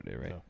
right